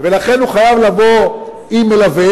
ולכן הוא חייב לבוא עם מלווה,